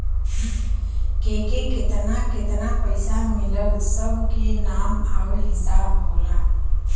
केके केतना केतना पइसा मिलल सब के नाम आउर हिसाब होला